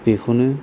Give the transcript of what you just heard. बेखौनो